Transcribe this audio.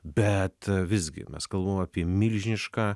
bet visgi mes kalbam apie milžinišką